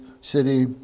city